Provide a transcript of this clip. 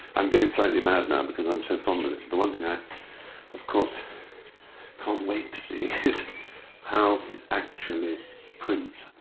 i'm going slightly mad now because i'm so fond of it. the one thing i of course can't wait to see is how it actually prints.